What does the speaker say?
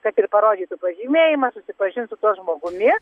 kad ir parodytų pažymėjimą susipažint su tuo žmogumi